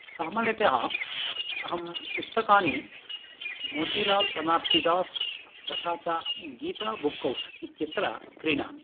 सामान्यतः अहं पुस्तकानि मोतिलाल् बनार्सिदास् तथा च गीता बुक् हौस् इत्यत्र क्रीणामि